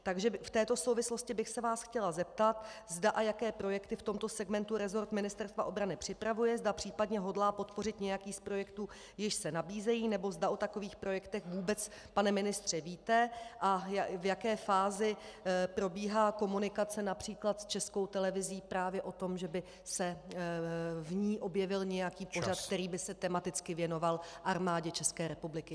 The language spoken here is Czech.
Takže v této souvislosti bych se vás chtěla zeptat, zda a jaké projekty v tomto segmentu resort Ministerstva obrany připravuje, zda případně hodlá podpořit nějaký z projektů, jež se nabízejí, nebo zda o takových projektech vůbec, pane ministře, víte a v jaké fázi probíhá komunikace např. s Českou televizí právě o tom, že by se v ní objevil nějaký pořad, který by se tematicky věnoval Armádě České republiky.